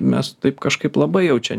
mes taip kažkaip labai jau čia